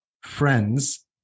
friends